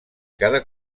cada